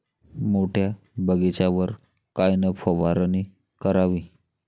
मोठ्या बगीचावर कायन फवारनी करावी?